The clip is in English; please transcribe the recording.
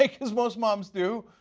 like because most moms do.